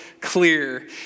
clear